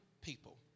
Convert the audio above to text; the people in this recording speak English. people